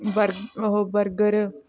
ਬਰ ਉਹ ਬਰਗਰ